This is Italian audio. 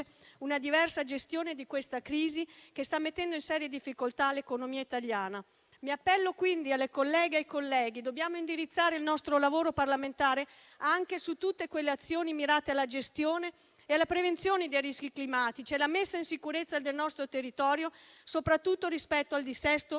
una diversa gestione di questa crisi che sta mettendo in seria difficoltà l'economia italiana. Mi appello, quindi, alle colleghe e ai colleghi: dobbiamo indirizzare il nostro lavoro parlamentare anche su tutte quelle azioni mirate alla gestione e alla prevenzione dei rischi climatici e alla messa in sicurezza del nostro territorio, soprattutto rispetto al dissesto idrogeologico.